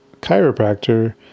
chiropractor